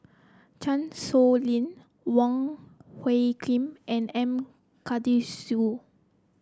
Chan Sow Lin Wong Hung Khim and M Karthigesu